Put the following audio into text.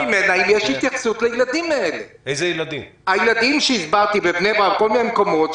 ביקשתי לקבל תשובה האם יש התייחסות לילדים בבני ברק ובכל מיני מקומות,